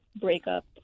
breakup